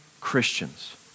Christians